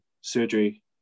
surgery